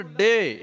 day